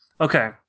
okay